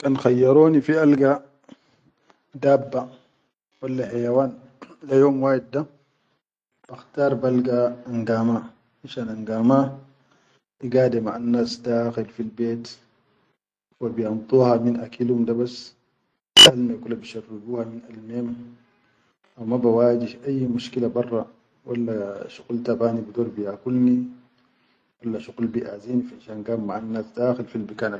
Kan khayyaroni fi alga dabba walla hayawan le yom wahid da bakhtar balga angama len shan angama gade maʼan nas dakhal fi bet, wa bin duwa fi akilum dabas, alme kula bisharrubuwa min alme hum, haw ma ba waji shai ayyi mishkila barra walla shaqul taban bidor biya kulni walla shuqul biʼazini finshan gaid maʼan nas dakhal fi bikan.